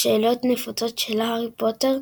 שאלות נפוצות על הארי פוטר,